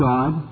God